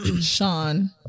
Sean